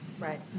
Right